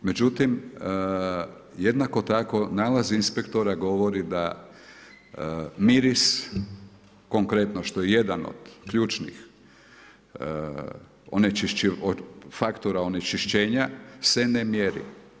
Međutim, jednako tako nalazi inspektora govori da, miris, konkretno, što je jedan od ključnih faktora onečišćenja se ne mjeri.